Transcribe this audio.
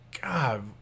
God